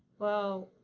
well,